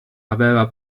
aveva